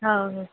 हा हा